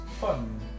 Fun